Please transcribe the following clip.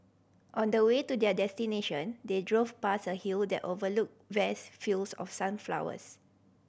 on the way to their destination they drove past a hill that overlooked vast fields of sunflowers